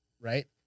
right